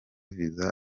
visa